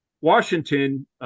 Washington